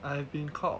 I have been called